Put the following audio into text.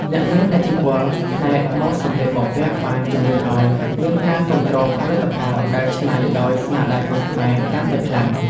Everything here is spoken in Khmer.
អ្នកមានឥទ្ធិពលផ្នែកម៉ូដសម្លៀកបំពាក់បានជំរុញឱ្យមានការគាំទ្រផលិតផលដែលច្នៃដោយស្នាដៃកូនខ្មែរកាន់តែខ្លាំង។